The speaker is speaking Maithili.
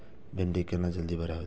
भिंडी केना जल्दी बड़ा होते?